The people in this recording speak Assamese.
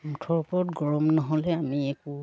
মুঠৰ ওপৰত গৰম নহ'লে আমি একো